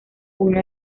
uno